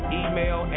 email